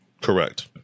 Correct